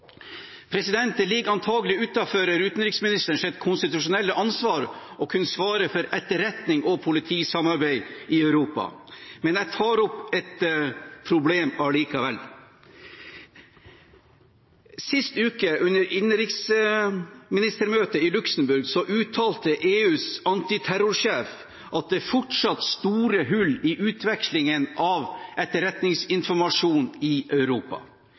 Det ligger antakelig utenfor utenriksministerens konstitusjonelle ansvar å svare for etterretning og politisamarbeid i Europa, men jeg tar opp et problem likevel. Under innenriksministermøtet i Luxemburg sist uke uttalte EUs antiterrorsjef at det fortsatt er store hull i utvekslingen av etterretningsinformasjon i Europa.